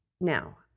now